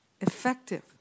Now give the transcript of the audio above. effective